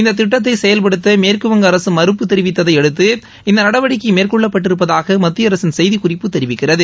இந்த திட்டத்தை செயல்படுத்த மேற்குவங்க அரசு மறுப்பு தெரிவித்ததையடுத்து இந்த நடவடிக்கை மேற்கொள்ளப்பட்டிருப்பதாக மத்திய அரசின் செய்திக்குறிப்பு தெரிவிக்கிறது